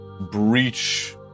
breach